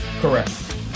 correct